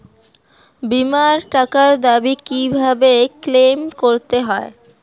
বিমার টাকার দাবি কিভাবে ক্লেইম করতে হয়?